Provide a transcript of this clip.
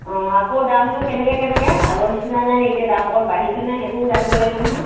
অঁ আকৌ দামটো কেনেকৈ কেনেকৈ আগৰ নিচিনাইনে এতিয়া দাম অকণ বাঢ়িছেনে সেইটোও জানিব লাগিব নহয়